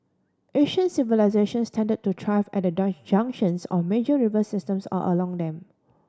ancient civilisations tend to thrive at the junctions of major river systems or along them